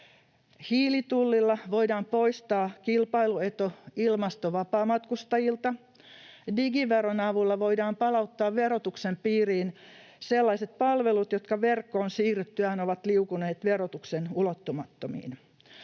Hiilitullilla voidaan poistaa kilpailuetu ilmastovapaamatkustajilta. Digiveron avulla voidaan palauttaa verotuksen piiriin sellaiset palvelut, jotka verkkoon siirryttyään ovat liukuneet verotuksen ulottumattomiin.